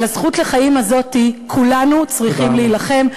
על הזכות לחיים הזאת כולנו צריכים להילחם,